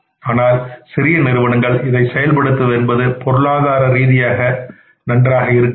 ஆனால் சிறிய நிறுவனங்கள் இதை செயல்படுத்துவது என்பது பொருளாதாரரீதியாக நன்றாக இருக்காது